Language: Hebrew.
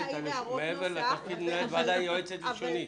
מעבר לתפקיד שלה כמנהלת הוועדה, היא יועצת לשונית.